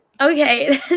Okay